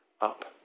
up